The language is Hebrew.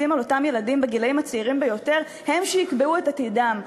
לאותם ילדים בגילים הצעירים ביותר הם שיקבעו את עתידם,